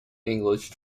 english